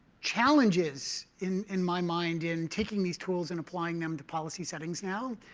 challenges in in my mind, in taking these tools and applying them to policy settings now,